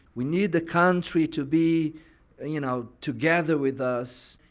we need the country to be you know, to gather with us.